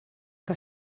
que